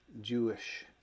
Jewish